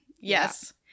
Yes